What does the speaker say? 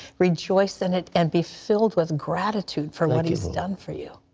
rejoice in it and be filled with gratitude for what he has done for you.